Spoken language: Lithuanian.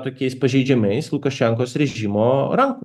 tokiais pažeidžiamais lukašenkos režimo rankų